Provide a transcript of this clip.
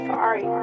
Sorry